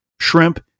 shrimp